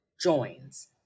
joins